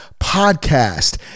podcast